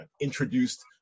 introduced